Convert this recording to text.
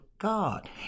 God